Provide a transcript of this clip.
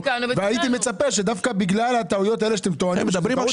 הייתי מצפה שדווקא בגלל הטעויות האלה שאתם טוענים תלמדו.